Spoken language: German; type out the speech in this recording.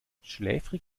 schläfrig